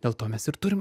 dėl to mes ir turim